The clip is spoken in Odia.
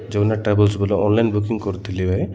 ଜଗନ୍ନାଥ ଟ୍ରାଭେଲ୍ସ ବେଲେ ଅନ୍ଲାଇନ୍ ବୁକିଂ କରିଥିଲି